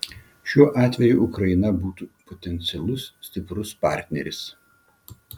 šiuo atžvilgiu ukraina būtų potencialus stiprus partneris